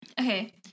Okay